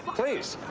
please.